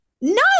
no